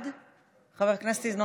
חבר הכנסת אלחרומי,